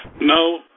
No